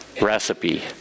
recipe